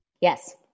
Yes